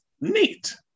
Neat